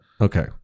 Okay